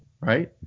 right